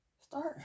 start